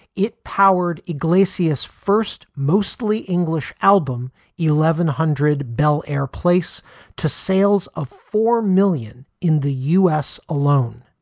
it powered iglesias first mostly english album eleven hundred bel air place to sales of four million in the u s. alone.